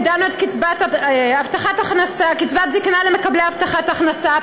הגדלנו את קצבת הזיקנה למקבלי הבטחת הכנסה.